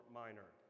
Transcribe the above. minor